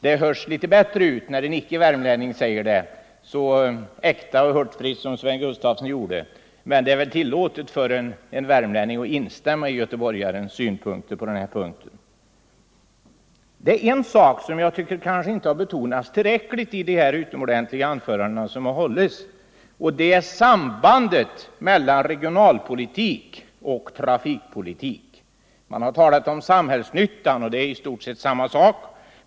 Det hörs litet bättre när en icke värmlänning säger det så äkta och hurtfriskt som herr Sven Gustafson gjorde. Men det är väl tillåtet för en värmlänning att instämma i göteborgarens synpunkter i det avseendet. En sak tycker jag inte har betonats tillräckligt i de utomordenliga anföranden som hållits, nämligen sambandet mellan regionalpolitik och trafikpolitik. Man har talat om samhällsnyttan, och det är visserligen i stort sett samma sak.